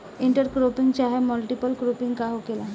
Inter cropping चाहे multiple cropping का होखेला?